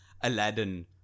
Aladdin